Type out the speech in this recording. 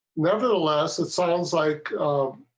nevertheless it sounds like oh.